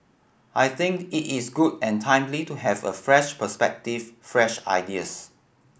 I think it is good and timely to have a fresh perspective fresh ideas